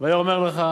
והיה אומר לך: